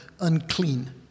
unclean